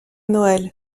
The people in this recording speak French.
noël